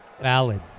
Valid